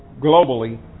globally